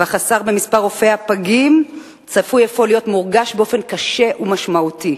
והחסר במספר רופאי הפגים צפוי אפוא להיות מורגש באופן קשה ומשמעותי.